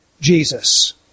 Jesus